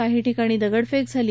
काही ठिकाणी दगडफेक झाली